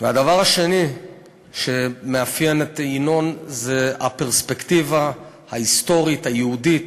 הדבר השני שמאפיין את ינון הוא הפרספקטיבה ההיסטורית היהודית.